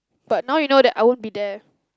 but now you know that I won't be there